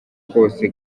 kose